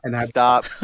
Stop